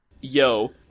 Yo